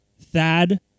Thad